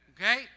okay